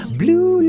blue